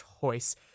choice